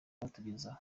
batugezaho